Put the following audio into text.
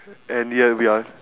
and yet we are